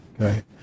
Okay